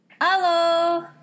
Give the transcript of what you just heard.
Hello